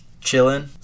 chilling